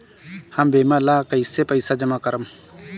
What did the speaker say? हम बीमा ला कईसे पईसा जमा करम?